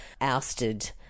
ousted